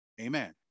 Amen